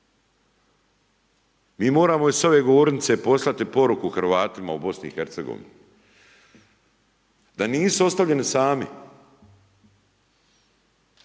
Mi moramo i s ove govornice poslati poruku Hrvatima u Bosni i Hercegovini. Da nisu ostavljeni sami.